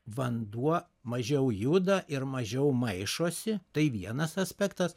vanduo mažiau juda ir mažiau maišosi tai vienas aspektas